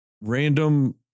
random